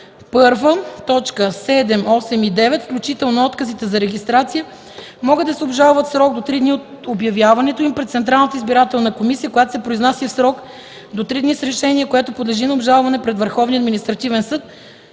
8 и 9, включително отказите за регистрация, могат да се обжалват в срок до три дни от обявяването им пред Централната избирателна комисия, която се произнася в срок до три дни с решение, което подлежи на обжалване пред Върховния административен съд